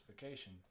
vacation